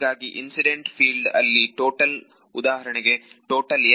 ಹೀಗಾಗಿ incident field ಅಲ್ಲಿ total ಉದಾಹರಣೆಗೆ ಟೋಟಲ್ F ಅಥವಾ TF ಮತ್ತು SF